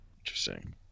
Interesting